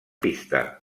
pista